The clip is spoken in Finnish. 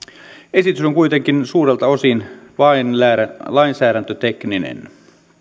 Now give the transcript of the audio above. esitys on kuitenkin suurelta osin vain lainsäädäntötekninen